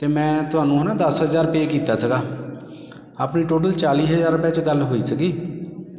ਅਤੇ ਮੈਂ ਤੁਹਾਨੂੰ ਹੈ ਨਾ ਦਸ ਹਜ਼ਾਰ ਪੇਅ ਕੀਤਾ ਸੀਗਾ ਆਪਣੀ ਟੋਟਲ ਚਾਲੀ ਹਜ਼ਾਰ ਰੁਪਏ 'ਚ ਗੱਲ ਹੋਈ ਸੀਗੀ